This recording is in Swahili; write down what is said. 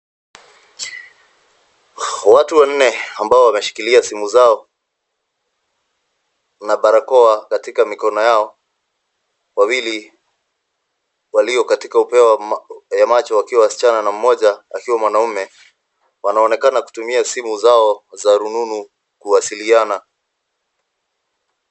Watu wanne ambao wameshikilia simu zao na barakoa katika mikono yao, wawili walio katika upeo wa macho wakiwa wasichana na mmoja akiwa mwanaume. Wanaonekana wakitumia simu zao za rununu kuwasiliana.